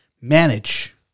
manage